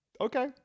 Okay